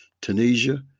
Tunisia